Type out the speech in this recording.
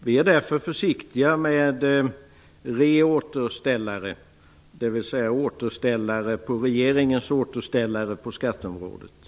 Vi är därför försiktiga med "reåterställare", dvs. återställare av regeringens återställare på skatteområdet.